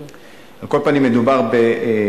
על כל פנים, מדובר בביטול